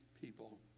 people